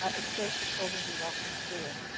ah it's safe for children to walk to school.